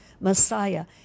Messiah